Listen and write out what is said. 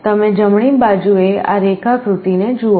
તમે જમણી બાજુએ આ રેખાકૃતિને જુઓ